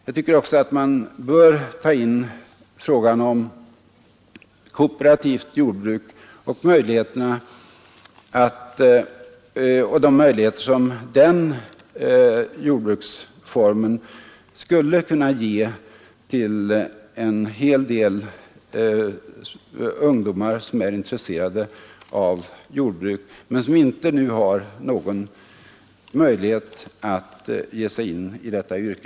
Jag tycker också att man bör ta in frågan om kooperativt jordbruk och de möjligheter som den jordbruksformen skulle kunna ge en hel del ungdomar, som är intresserade av jordbruk men som inte nu har någon möjlighet att ge sig in i detta yrke.